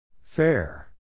Fair